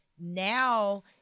Now